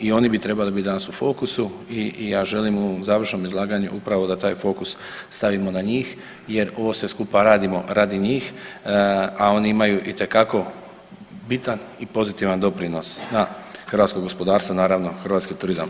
I oni bi trebali biti danas u fokusu i ja želim u ovom završnom izlaganju upravo da taj fokus stavimo na njih jer ovo sve skupa radimo radi njih, a oni imaju itekako bitan i pozitivan doprinos na hrvatskog gospodarstvo, naravno hrvatski turizam.